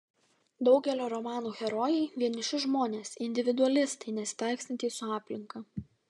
daugelio romanų herojai vieniši žmonės individualistai nesitaikstantys su aplinka